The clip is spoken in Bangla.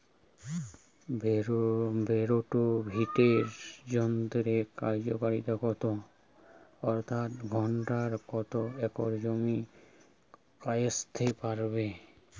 রোটাভেটর যন্ত্রের কার্যকারিতা কত অর্থাৎ ঘণ্টায় কত একর জমি কষতে পারে?